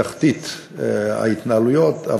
שבהרבה דברים אנחנו בתחתית ההתנהלויות.